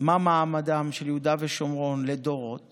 מה מעמדה של יהודה ושומרון לדורות